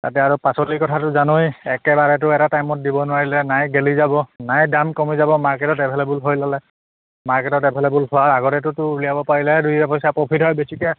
তাতে আৰু পাচলিৰ কথাটো জানৱেই একেবাৰেতো এটা টাইমত দিব নোৱাৰিলে নাই গেলি যাব নাই দাম কমি যাব মাৰ্কেটত এভেইলেবল হৈ ল'লে মাৰ্কেটত এভেইলেবল হোৱাৰ আগতে তোৰ উলিয়াব পাৰিলে দুই পইচা প্ৰফিট হয় বেছিকৈ